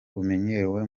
bumenyerewe